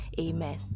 amen